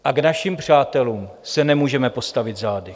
A k našim přátelům se nemůžeme postavit zády.